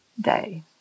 day